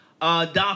Doc